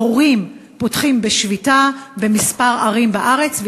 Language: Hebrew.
ההורים פותחים בשביתה בכמה ערים בארץ,